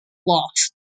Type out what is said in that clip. lost